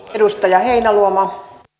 arvoisa puhemies